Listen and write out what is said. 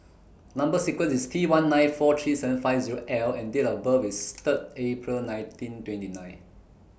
Number sequence IS T one nine four three seven five Zero L and Date of birth IS Third April nineteen twenty nine